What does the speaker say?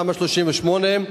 תמ"א 38,